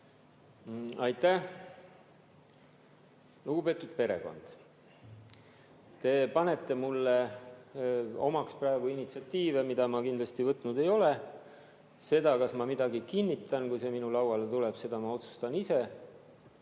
Aitäh! Lugupeetud perekond! Te panete mulle omaks praegu initsiatiive, mida ma kindlasti võtnud ei ole. Seda, kas ma midagi kinnitan, kui see minu lauale tuleb, ma otsustan ise.